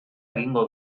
egingo